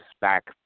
back